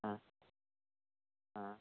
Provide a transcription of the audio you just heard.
ആ ആ